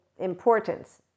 Importance